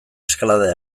eskalada